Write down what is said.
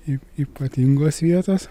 yp ypatingos vietos